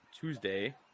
Tuesday